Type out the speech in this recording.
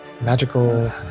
magical